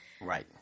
Right